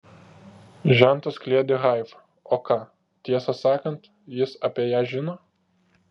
žentas kliedi haifa o ką tiesą sakant jis apie ją žino